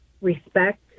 respect